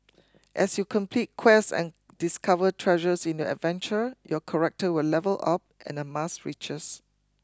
as you complete quests and discover treasures in your adventure your character will level up and amass riches